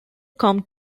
come